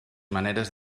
maneres